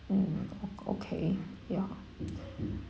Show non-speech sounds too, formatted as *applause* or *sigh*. mm ok~ okay ya *noise*